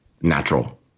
natural